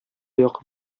якын